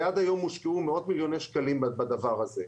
ועד היום הושקעו מאות מיליוני שקלים בדבר הזה.